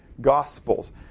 gospels